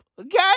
okay